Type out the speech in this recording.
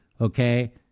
okay